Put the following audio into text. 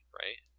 right